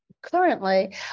currently